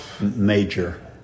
major